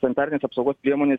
sanitarinės apsaugos priemonės